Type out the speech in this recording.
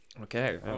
Okay